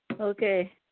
Okay